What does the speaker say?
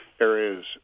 areas